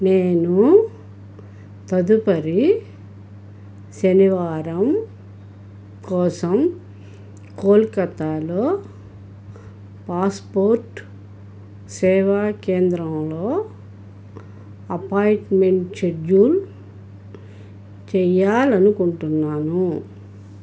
నేను తదుపరి శనివారం కోసం కోల్కత్తాలో పాస్పోర్ట్ సేవా కేంద్రంలో అపాయింట్మెంట్ షెడ్యూల్ చెయ్యాలనుకుంటున్నాను